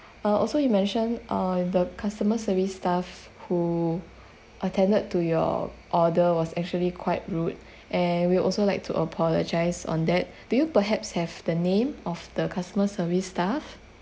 uh also you mentioned uh the customer service staff who attended to your order was actually quite rude and we'll also like to apologise on that do you perhaps have the name of the customer service staff